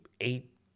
eight